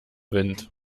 wind